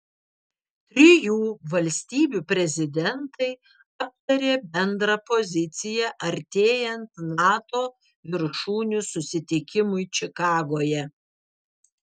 trijų valstybių prezidentai aptarė bendrą poziciją artėjant nato viršūnių susitikimui čikagoje